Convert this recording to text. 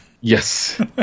Yes